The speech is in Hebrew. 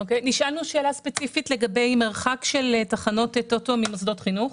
נשאלנו שאלה ספציפית לגבי מרחק של תחנות טוטו ממוסדות חינוך.